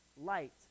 light